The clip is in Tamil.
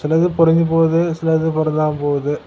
சிலது பொருந்தி போகுது சிலது பொருந்தாமல் போகுது